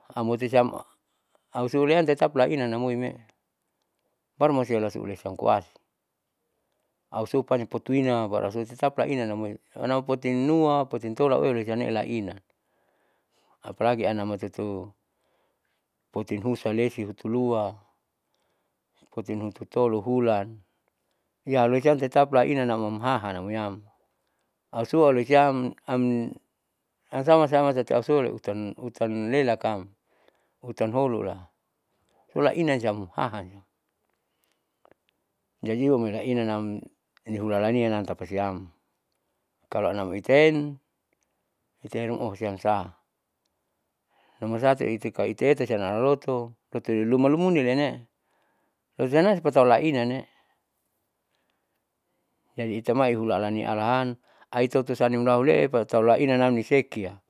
amotu siam ausilian tetap laina lamoimee baru masiula ule siam. Au supaniam potuina baru au tetap laina amoi anaupotin numa potin tolu ausiane siamne laina. Apalagi anamoto tu putin husa lesi hutulua potin hutu tolo hulan yaloisiam tetap lainanam hahanam amoiam ausualoi siam am hasahasau mau tati ausula utan utan lelakam hutan holula ulaina siam hahan. Jadi amoi lainanam ihulalania tapasiam kalo anamoi itaen itaen oh siam sa nomor satu kalo ita itaeta siam halaloto totoliluma loine sosianam lipatau laina. Jadi itamai ihula alnia alahan aitoto sanimunahule baru tahu lainanam sekea.